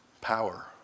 Power